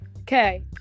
Okay